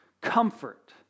comfort